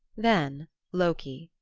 then loki,